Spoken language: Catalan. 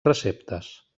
receptes